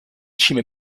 cime